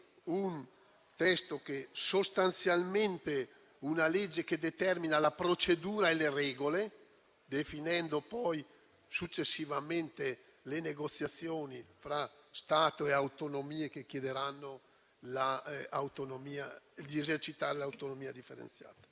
Titolo V, è quello di una legge che determina la procedura e le regole, definendo successivamente le negoziazioni fra Stato e autonomie che chiederanno di esercitare l'autonomia differenziata.